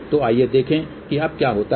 तो आइए देखें कि अब क्या होता है